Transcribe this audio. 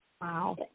Wow